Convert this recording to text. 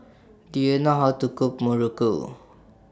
Do YOU know How to Cook Muruku